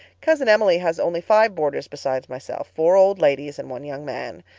cousin emily has only five boarders besides myself four old ladies and one young man.